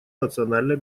национальной